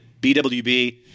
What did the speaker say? BWB